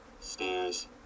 stairs